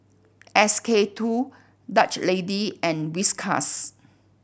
S K Two Dutch Lady and Whiskas